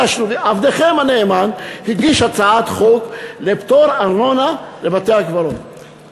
עבדכם הנאמן הגיש הצעת חוק לפטור מארנונה לבתי-הקברות.